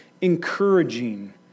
encouraging